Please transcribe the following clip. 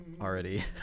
already